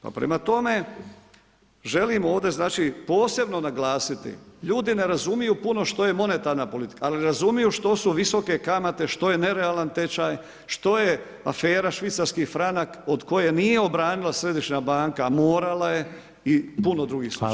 Pa prema tome, želim ovdje posebno naglasiti, ljudi ne razumiju puno što je monetarna politika, ali razumiju što su visoke kamate, što je nerealan tečaj, što je afera švicarski franak, od koje nije obranila Središnja banka, a morala je i puno drugih slučajeva.